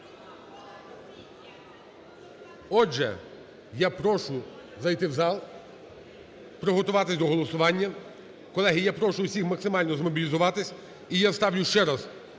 Отже, я прошу зайти в зал, приготуватися до голосування. Колеги, я прошу усіх максимальнозмобілізуватися. І я ставлю ще раз